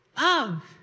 Love